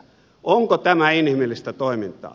onko tämä inhimillistä toimintaa